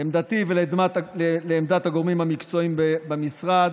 לעמדתי ולעמדת הגורמים המקצועיים במשרד,